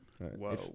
whoa